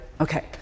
Okay